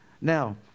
Now